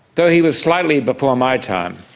though he was slightly before my time,